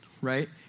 right